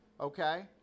Okay